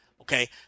okay